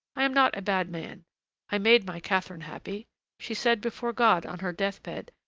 i am not a bad man i made my catherine happy she said before god, on her death-bed,